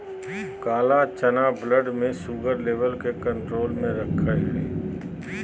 काला चना ब्लड में शुगर लेवल के कंट्रोल में रखैय हइ